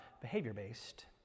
behavior-based